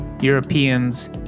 Europeans